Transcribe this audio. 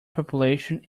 population